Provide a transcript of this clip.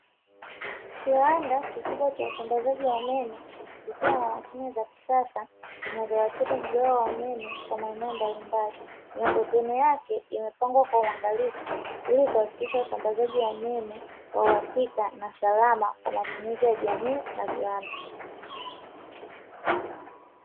Kiwanda kikubwa cha usambazaji wa umeme, kikiwa na mashine za kisasa zinazoratibu mgao wa umeme kwa maeneo mbali mbali. Miundombinu yake imepangwa kwa uangalifu ili kuhakikisha usambazaji wa umeme wa uhakika na salama kwa matumizi ya jamii na viwanda.